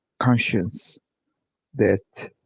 conscience that